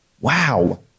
Wow